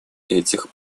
этих